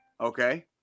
Okay